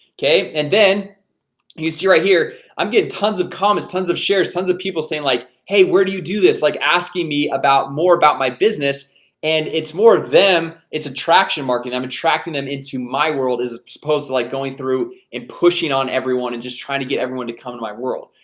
ok, and then you see right here. i'm getting tons of comments tons of shares tons of people saying like hey where do you do this like asking me about more about my business and it's more of them its attraction marketing i'm attracting them into my world is supposed to like going through and pushing on everyone and just trying to get everyone to come to my world,